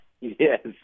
yes